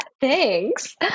thanks